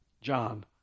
John